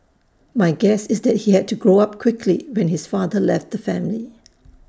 my guess is that he had to grow up quickly when his father left the family